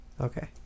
Okay